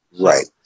Right